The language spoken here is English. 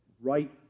right